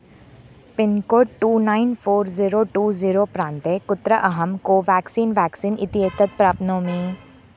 pincode two nine four zero two zero प्रान्ते कुत्र अहं कोवेक्सीन् व्याक्सीन् इति एतत् प्राप्नोमि